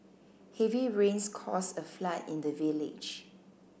heavy rains caused a flood in the village